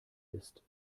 ist